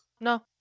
No